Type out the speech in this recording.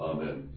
Amen